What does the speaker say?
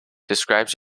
describes